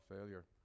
failure